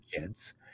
kids